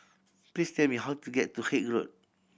please tell me how to get to Haig Road